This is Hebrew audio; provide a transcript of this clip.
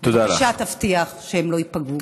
בבקשה תבטיח שהם לא ייפגעו.